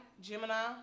Gemini